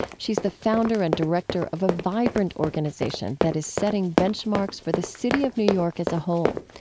she's the founder and director of a vibrant organization that is setting benchmarks for the city of new york as a whole.